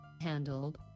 handled